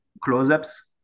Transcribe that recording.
close-ups